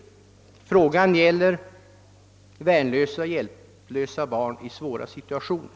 Här gäller det värnlösa och hjälplösa barn i svåra situationer.